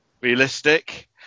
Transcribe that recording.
realistic